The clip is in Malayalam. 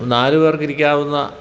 നാല് പേർക്കിരിക്കാവുന്ന